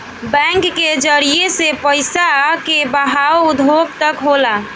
bank के जरिए से पइसा के बहाव उद्योग तक होला